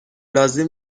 لازم